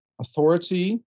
authority